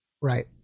Right